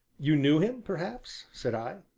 you knew him perhaps? said i.